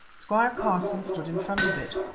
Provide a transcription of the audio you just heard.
squire carson stood in front of it.